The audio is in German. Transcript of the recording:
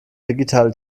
digitale